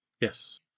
Yes